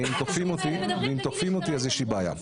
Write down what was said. ואם תוקפים אותי אז יש לי בעיה.